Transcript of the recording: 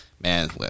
Man